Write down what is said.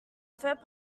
third